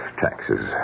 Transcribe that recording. taxes